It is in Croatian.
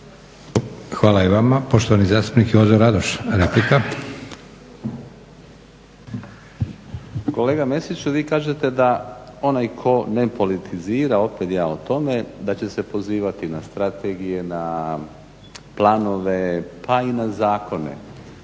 Hvala i vama. Poštovani zastupnik Jozo Radoš, replika. **Radoš, Jozo (HNS)** Kolega Mesiću vi kažete da onaj tko ne politizira, opet ja o tome, da će se pozivati na strategije, na planove pa i na zakone.